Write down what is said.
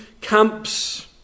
camps